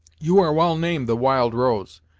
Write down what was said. you are well named the wild rose,